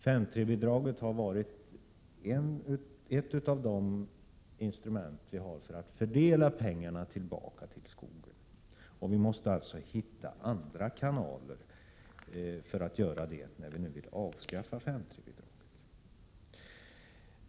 5§3-bidraget har varit ett av de instrument som gör det möjligt att fördela pengar tillbaka till skogen. Vi måste alltså hitta andra kanaler för att göra det, när vi nu vill avskaffa 5§3-bidraget.